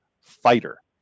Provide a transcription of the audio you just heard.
fighter